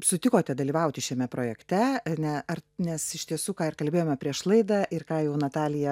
sutikote dalyvauti šiame projekte ane ar nes iš tiesų ką ir kalbėjome prieš laidą ir ką jau natalija